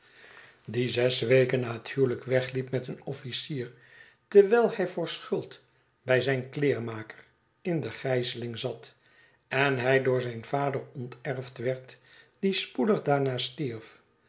die zes weken na het huwelijk wegliep met een officier terwijl hij voor schuld by zijn kleermaker in de gijzeling zat en hij door zijn vader onterfd werd die spoedig daarna stierf